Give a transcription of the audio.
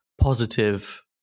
positive